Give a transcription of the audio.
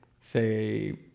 say